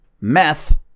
Meth